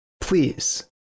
please